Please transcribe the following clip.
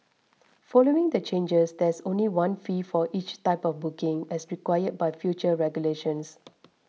following the changes there's only one fee for each type of booking as required by future regulations